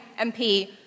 MP